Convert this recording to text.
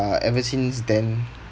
uh ever since then